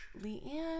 Leanne